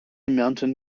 mountain